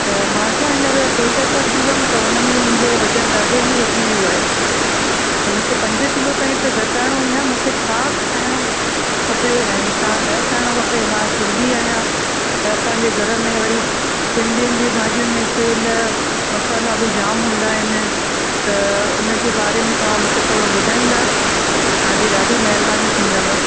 त मां छा हींअर पेट सां थी वियमि त हुन में मुंहिंजो वज़नु ॾाढो ई वधी वियो आहे त मूंखे पंज किलो ताईं त घटाइणो ई आहे मूंखे छा खाइणो खपे ऐं छा न खाइणो खपे मां सिंधी आहियां त असांजे घर में वरी सिंधियुनि जी भाॼियुनि में तेलु मसाला बि जाम हूंदा आहिनि त हुनजे बारे में तव्हां मूंखे थोरो ॿुधाईंदा त तव्हांजी ॾाढी महिरबानी थींदव